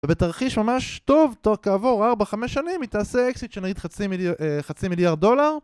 ובתרחיש ממש טוב כעבור 4-5 שנים היא תעשה אקזיט של, נגיד, חצי מיליארד דולר